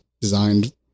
designed